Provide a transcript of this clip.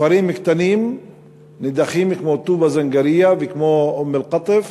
בכפרים קטנים כמו טובא-זנגרייה וכמו אום-אלקוטוף,